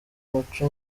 muco